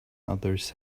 others